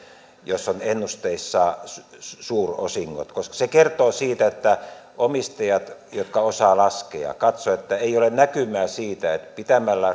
jos on ennusteissa suurosingot koska se kertoo siitä että omistajat jotka osaavat laskea katsovat ettei ole näkymää siitä että pitämällä